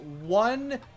one